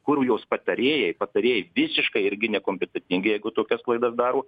kur jos patarėjai patarėjai visiškai irgi nekompetentingi jeigu tokias klaidas daro